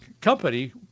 company